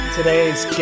Today's